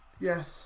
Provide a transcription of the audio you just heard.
yes